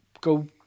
Go